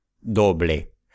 doble